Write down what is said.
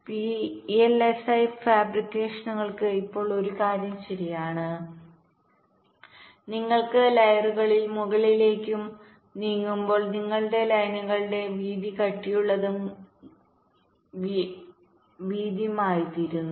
VLSI ഫാബ്രിക്കേഷനുകൾക്ക് ഇപ്പോൾ ഒരു കാര്യം ശരിയാണ് നിങ്ങൾ ലെയറുകളിൽ മുകളിലേക്കും മുകളിലേക്കും നീങ്ങുമ്പോൾ നിങ്ങളുടെ ലൈനുകളുടെ വീതി കട്ടിയുള്ളതും കട്ടിയുള്ളതും വീതിയും വീതിയും ആയിത്തീരുന്നു